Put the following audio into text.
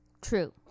True